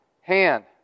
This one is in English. hand